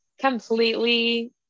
completely